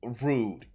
rude